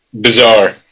bizarre